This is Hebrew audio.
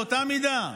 באותה מידה,